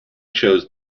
chose